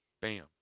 Bam